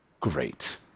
great